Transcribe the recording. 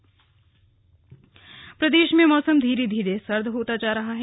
मौसम प्रदेश में मौसम धीरे धीरे सर्द होता जा रहा है